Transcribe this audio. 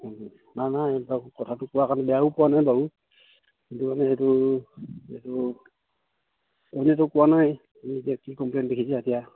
নাই নাই এই কথাটো কোৱা কাৰণে বেয়াও পোৱা নাই বাৰু কিন্ত মানে এইটো এইটো কোনেওতো কোৱা নাই তুমি এতিয়া কি কমপ্লেইন দেখিছা এতিয়া